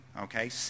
Okay